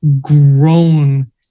grown